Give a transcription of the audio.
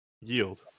Yield